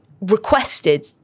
requested